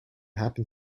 happen